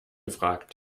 gefragt